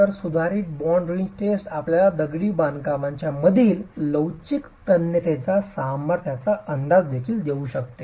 तर सुधारित bond wrench test आपल्याला दगडी बांधकामाच्या मधील लवचिक तन्यतेच्या सामर्थ्याचा अंदाज देखील देऊ शकते